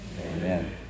Amen